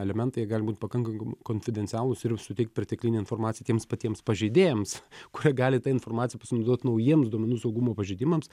elementai gali būti pakankankam konfidencialūs ir suteikt perteklinę informaciją tiems patiems pažeidėjams kurie gali ta informacija pasinaudot naujiems duomenų saugumo pažeidimams